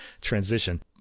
transition